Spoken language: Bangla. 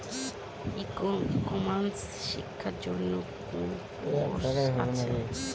ই কমার্স শেক্ষার জন্য কোন কোর্স আছে?